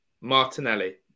Martinelli